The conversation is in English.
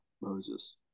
Moses